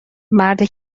مردی